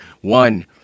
One